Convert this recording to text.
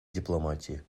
дипломатии